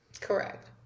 Correct